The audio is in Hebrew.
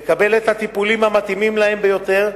לקבל את הטיפולים המתאימים להם ביותר,